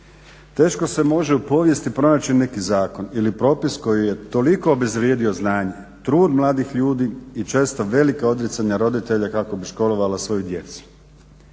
Teško se može u povijesti pronaći neki zakon ili propis koji je toliko obezvrijedio znanje, trud mladih ljudi i često velika odricanja roditelja kako bi školovala svoju djecu.